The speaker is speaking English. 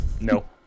No